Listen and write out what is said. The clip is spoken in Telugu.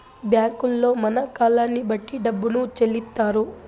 బ్యాంకుల్లో మన కాలాన్ని బట్టి డబ్బును చెల్లిత్తారు